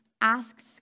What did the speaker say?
asks